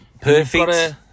perfect